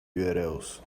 urls